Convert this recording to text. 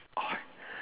!oi!